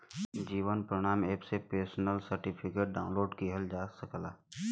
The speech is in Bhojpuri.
जीवन प्रमाण एप से पेंशनर सर्टिफिकेट डाउनलोड किहल जा सकला